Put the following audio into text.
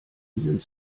ihnen